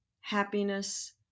happiness